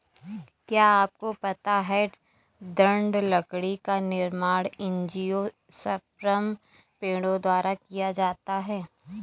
क्या आपको पता है दृढ़ लकड़ी का निर्माण एंजियोस्पर्म पेड़ों द्वारा किया जाता है?